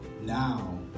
now